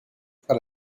para